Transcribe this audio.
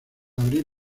abrir